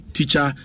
Teacher